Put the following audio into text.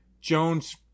Jones